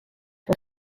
for